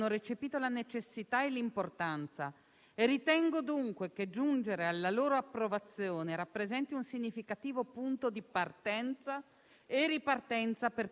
La fatica di questa composizione è l'obbligo che ci siamo assunti quando abbiamo accettato di rappresentare tutto il popolo come singoli senatori e come Assemblea.